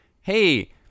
hey